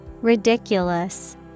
Ridiculous